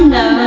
no